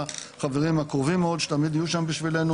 חברים הקרובים מאוד שתמיד יהיו שם בשבילנו,